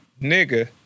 nigga